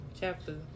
chapter